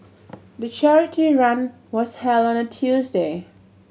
the charity run was held on a Tuesday